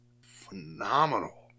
phenomenal